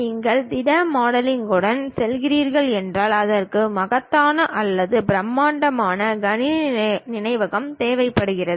நீங்கள் திடமான மாடல்களுடன் செல்கிறீர்கள் என்றால் அதற்கு மகத்தான அல்லது பிரம்மாண்டமான கணினி நினைவகம் தேவைப்படுகிறது